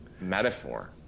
metaphor